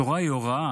התורה היא הוראה.